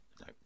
no